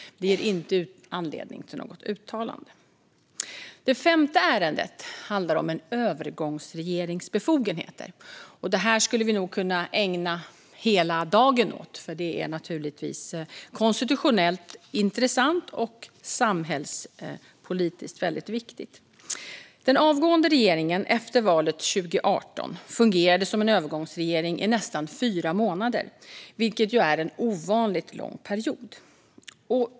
De ger inte anledning till något uttalande. Det femte ärendet handlar om en övergångsregerings befogenheter. Detta skulle vi nog kunna ägna hela dagen åt, för det är naturligtvis konstitutionellt intressant och samhällspolitiskt väldigt viktigt. Den avgående regeringen efter valet 2018 fungerade som en övergångsregering i nästan fyra månader, vilket ju är en ovanligt lång period.